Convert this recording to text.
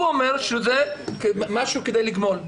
הוא אומר שזה משהו כדי לגמול.